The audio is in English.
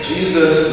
Jesus